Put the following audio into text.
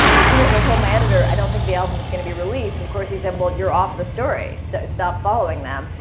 as soon as i told my editor i don't think the album is gonna be released, of course he said, well, you're off the story, so stop following them.